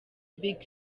big